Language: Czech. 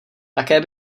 také